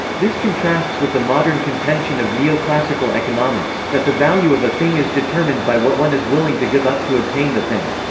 this contrasts with the modern contention of neoclassical economics, that the value of a thing is determined by what one is willing to give up to obtain the thing.